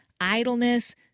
idleness